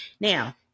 Now